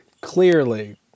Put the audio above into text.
clearly